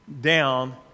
down